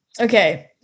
okay